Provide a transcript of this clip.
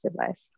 advice